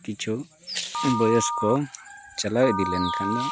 ᱠᱤᱪᱷᱩ ᱵᱚᱭᱮᱥᱠᱚ ᱪᱟᱞᱟᱣ ᱤᱫᱤ ᱞᱮᱱᱠᱷᱟᱱ ᱫᱚ